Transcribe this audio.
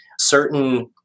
Certain